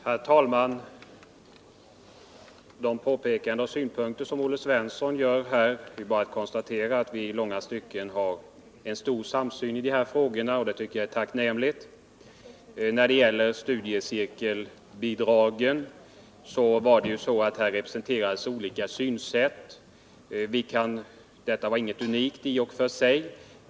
Herr talman! De påpekanden som Olle Svensson här gör och de synpunkter han framför bekräftar att vi i många stycken har en stor samsyn i de aktuella frågorna. Jag finner det tacknämligt. I debatten om studiecirkelbidragen representeras olika synsätt, vilket i och för sig inte är något unikt.